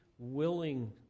willing